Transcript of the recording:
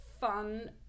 fun